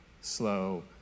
slow